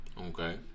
Okay